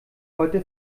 heute